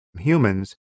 humans